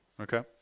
Okay